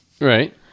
Right